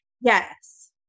yes